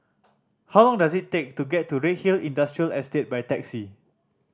how long does it take to get to Redhill Industrial Estate by taxi